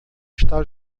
está